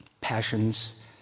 passions